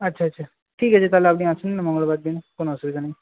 আচ্ছা আচ্ছা ঠিক আছে তাহলে আপনি আসুন না মঙ্গলবার দিন কোনো অসুবিধা নেই